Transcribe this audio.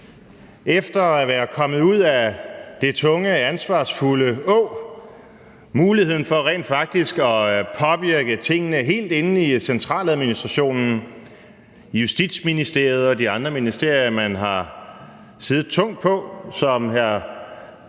efter at være kommet ud af det tunge ansvarsfulde åg, altså muligheden for rent faktisk at påvirke tingene helt inde i centraladministrationen, Justitsministeriet og de andre ministerier, man har siddet tungt på. Som hr.